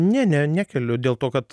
ne ne nekeliu dėl to kad